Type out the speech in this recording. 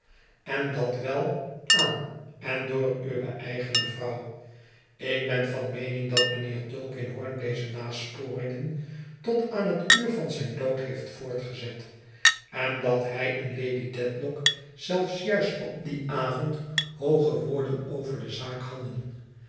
en dat wel aan en door uwe eigene vrouw ik ben van meening dat mijnheer tulkinghorn deze nasporingen tot aan het uur van lijn dood heeft voortgezet en dat hij en lady dedlock zelfs juist op dien avond hooge woorden over de zaak hadden